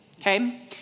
okay